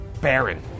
Baron